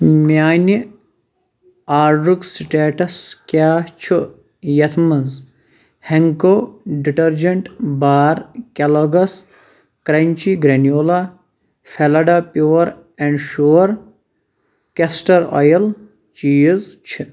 میانہِ آرڈرُک سٹیٹس کیٛاہ چھ یتھ مَنٛز ہٮ۪نٛکو detergent bar Kellogg's crunchy granola پھلاڈا pure and sure castor oil چیٖز چھِ